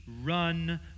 run